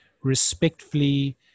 respectfully